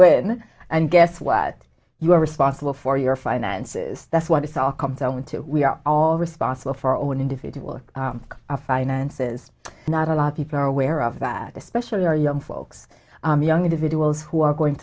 win and guess what you are responsible for your finances that's what it's all come down to we are all responsible for our own individual finances not a lot of people are aware of that especially our young folks young individuals who are going